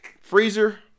Freezer